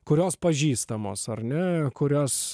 kurios pažįstamos ar ne kurios